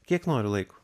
kiek nori laiko